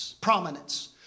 prominence